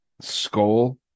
Skull